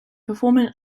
performing